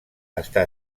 està